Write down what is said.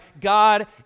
God